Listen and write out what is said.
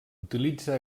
utilitza